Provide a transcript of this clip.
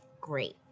great